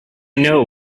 know